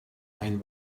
ein